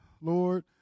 lord